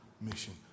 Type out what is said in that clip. mission